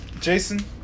Jason